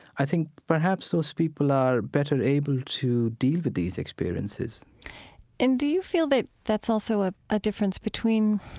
i think, perhaps, those people are better able to deal with these experiences and do you feel that that's also a ah difference between,